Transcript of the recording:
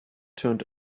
turned